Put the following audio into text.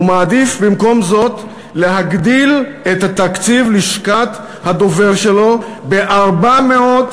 הוא מעדיף להגדיל את תקציב לשכת הדובר שלו ב-400%,